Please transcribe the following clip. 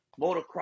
motocross